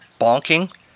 bonking